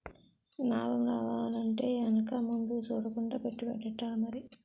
నాబం రావాలంటే ఎనక ముందు సూడకుండా పెట్టుబడెట్టాలి మరి